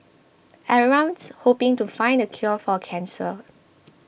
everyone's hoping to find the cure for cancer